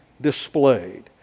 displayed